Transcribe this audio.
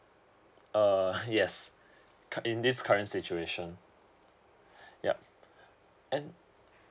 uh yes in this current situation yup